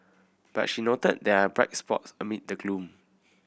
but she noted there are bright spots amid the gloom